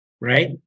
Right